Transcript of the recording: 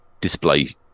display